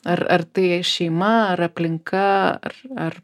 ar ar tai šeima ar aplinka ar ar